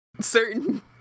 certain